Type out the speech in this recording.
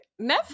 Netflix